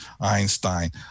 Einstein